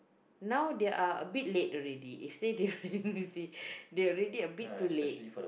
now they are a bit late already you say they they are already a bit too late